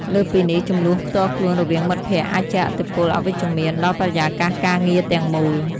លើសពីនេះ ជម្លោះផ្ទាល់ខ្លួនរវាងមិត្តភក្តិអាចជះឥទ្ធិពលអវិជ្ជមានដល់បរិយាកាសការងារទាំងមូល។